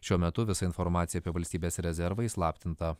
šiuo metu visa informacija apie valstybės rezervą įslaptinta